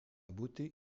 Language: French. beauté